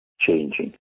changing